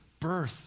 birth